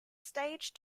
stage